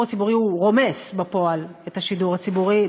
הציבורי הוא רומס בפועל את השידור הציבורי,